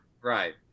right